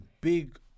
big